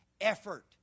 effort